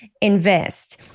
invest